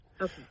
Okay